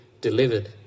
delivered